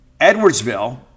Edwardsville